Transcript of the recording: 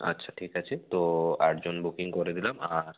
আচ্ছা ঠিক আছে তো আট জন বুকিং করে দিলাম আর